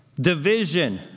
division